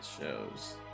shows